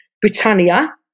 Britannia